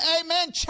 amen